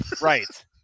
Right